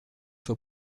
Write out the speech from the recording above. zur